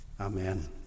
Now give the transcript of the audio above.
Amen